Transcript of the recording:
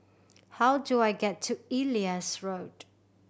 how do I get to Ellis Road